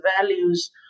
values